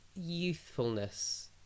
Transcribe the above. youthfulness